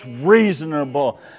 reasonable